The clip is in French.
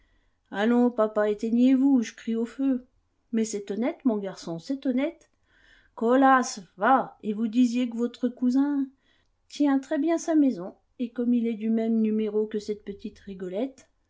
allons papa éteignez vous ou je crie au feu mais c'est honnête mon garçon c'est honnête colasse va et vous disiez que votre cousin tient très-bien sa maison et comme il est du même numéro que cette petite rigolette